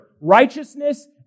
Righteousness